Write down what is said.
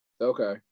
Okay